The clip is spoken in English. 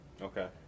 Okay